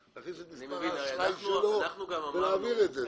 להכניס את מספר כרטיס האשראי של התושב ולהעביר את זה,